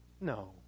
No